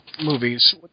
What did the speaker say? movies